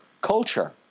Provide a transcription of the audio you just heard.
culture